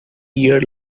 year